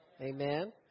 amen